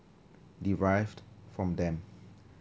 derived from them